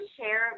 share